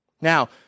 Now